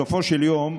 בסופו של יום,